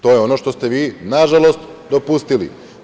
To je ono što ste vi nažalost dopustili.